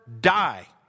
die